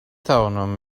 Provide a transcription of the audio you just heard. توانم